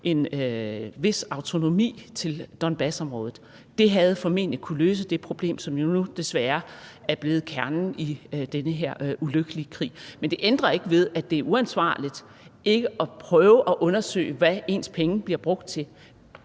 en vis autonomi til Donbasområdet. Det havde formentlig kunnet løse det problem, som jo nu desværre er blevet kernen i den her ulykkelige krig. Men det ændrer ikke ved, at det er uansvarligt ikke at prøve at undersøge, hvad ens penge bliver brugt til.